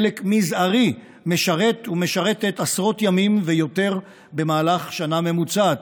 חלק מזערי משרת ומשרתת עשרות ימים ויותר במהלך שנה ממוצעת,